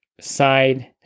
side